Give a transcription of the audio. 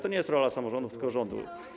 To nie jest rola samorządów, tylko rządu.